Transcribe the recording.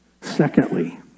Secondly